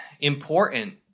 important